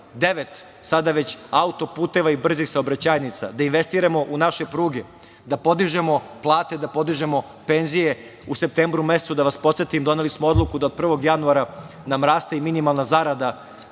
devet, sada već autoputeva i brzih saobraćajnica, da investiramo u naše pruge, da podižemo plate, da podižemo penzije.U septembru mesecu, da vas podsetim, doneli smo odluku da od 1. januara nam raste i minimalna zarada